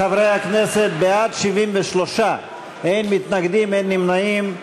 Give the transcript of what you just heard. חברי הכנסת, בעד, 73, אין מתנגדים, אין נמנעים.